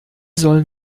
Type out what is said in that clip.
sollen